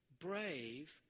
brave